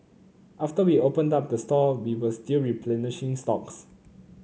after we opened up the store we were still replenishing stocks